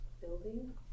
Building